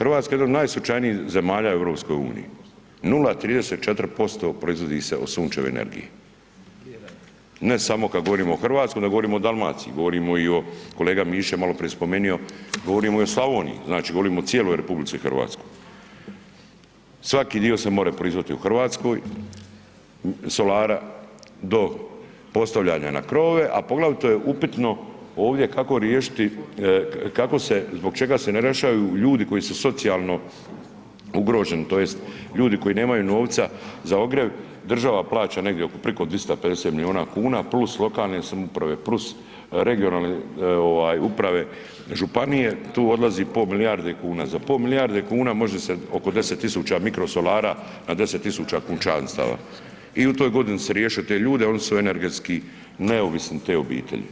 RH je jedna od najsunčanijih zemalja u EU, 0,34% proizvodi se od sunčeve energije, ne samo kad govorimo o RH, nego govorimo o Dalmaciji, govorimo i o, kolega Mišić je maloprije spomenuo, govorio i o Slavoniji, znači govorimo o cijeloj RH, svaki dio se more proizvesti u RH solara do postavljanja na krovove, a poglavito je upitno ovdje kako rješiti, kako se, zbog čega se ne rješaju ljudi koji su socijalno ugroženi tj. ljudi koji nemaju novca za ogrjev, država plaća negdje oko, priko 250 milijuna kuna plus lokalne samouprave plus regionalne ovaj uprave, županije, tu odlazi po milijarde kuna, za po milijarde kuna može se oko 10 000 mikrosolara na 10 000 kućanstava i u toj godini si riješio te ljude, oni su energetski neovisni te obitelji.